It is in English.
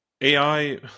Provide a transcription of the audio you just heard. AI